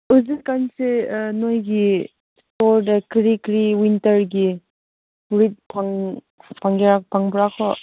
ꯍꯧꯖꯤꯛꯀꯥꯟꯁꯦ ꯅꯣꯏꯒꯤ ꯁ꯭ꯇꯣꯜꯗ ꯀꯔꯤ ꯀꯔꯤ ꯋꯤꯟꯇꯔꯒꯤ ꯐꯨꯔꯤꯠ ꯐꯪꯕ꯭ꯔ